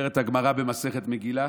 אומרת הגמרא במסכת מגילה,